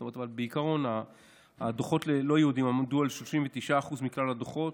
אבל בעיקרון הדוחות ללא יהודים עמדו על 39% מכלל הדוחות,